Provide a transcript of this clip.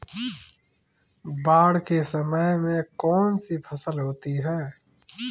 बाढ़ के समय में कौन सी फसल होती है?